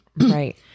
right